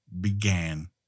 began